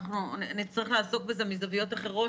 נצטרך לעסוק בזה מזוויות אחרות,